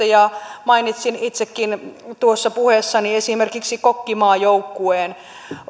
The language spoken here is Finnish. ja mainitsin itsekin tuossa puheessani esimerkiksi kokkimaajoukkueen